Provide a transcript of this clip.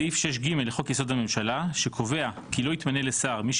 סעיף 6(ג) לחוק יסוד: הממשלה שקובע כי לא יתמנה לשר מי